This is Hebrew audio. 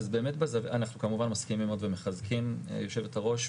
אנחנו כמובן מסכימים מאוד ומחזקים, יושבת-הראש.